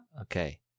Okay